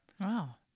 Wow